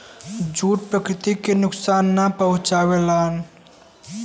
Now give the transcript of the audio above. jute प्रकृति के नुकसान ना पहुंचावला